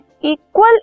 equal